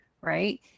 right